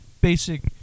basic